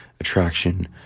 attraction